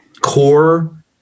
core